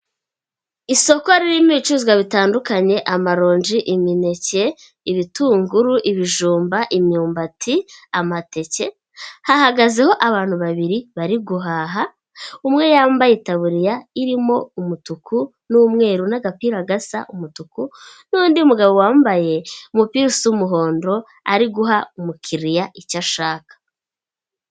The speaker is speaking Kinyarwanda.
Isoko ririmo ibicuruzwa bitandukanye amaronji, imineke ibitunguru, ibijumba, imyumbati, amateke hahagazeho abantu babiri bari guhaha umwe yambaye itaburiya irimo umutuku n'umweru n'agapira gasa umutuku n'undi mugabo wambaye umupira w'umuhondo ari guha umukiriya icyo ashaka.